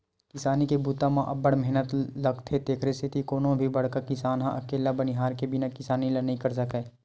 किसानी के बूता म अब्ब्ड़ मेहनत लोगथे तेकरे सेती कोनो भी बड़का किसान ह अकेल्ला बनिहार के बिना किसानी ल नइ कर सकय